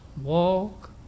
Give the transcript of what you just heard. walk